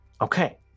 okay